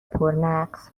پرنقص